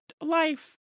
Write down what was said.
life